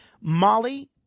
Molly